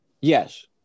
Yes